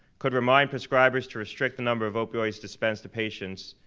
could remind prescribers to restrict the number of opioids dispensed to patients,